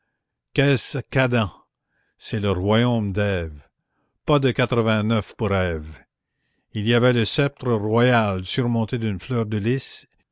qu'est-ce qu'adam c'est le royaume d'ève pas de pour ève il y avait le sceptre royal surmonté d'une fleur de lys